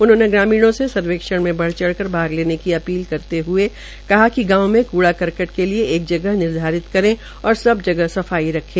उन्होंने ग्रामीणों से सर्वेक्षण में बढ़ चढ़ कर भाग लेने की अपील करते हए कहा कि गांव में क्ड़ा कर्कट के लिए एक जगह निर्धारित करे और सब जगह सफाई रखे